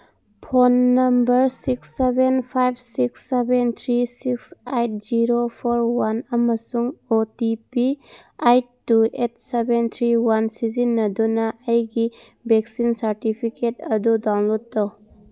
phone number six seven five six seven three six eight zero four one ꯑꯃꯁꯨꯡ O T P eight two eight seven three one ꯁꯤꯖꯤꯟꯅꯗꯨꯅ ꯑꯩꯒꯤ vaccine certificate ꯑꯗꯨ download ꯇꯧ